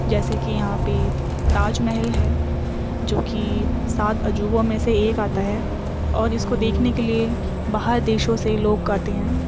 جیسے کہ یہاں پہ تاج محل ہے جو کہ سات عجوبوں میں سے ایک آتا ہے اور اس کو دیکھنے کے لیے باہر دیشوں سے لوگ آتے ہیں